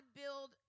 build